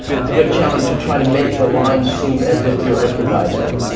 it's a good challenge to try to make the lines seem as if you're improvising.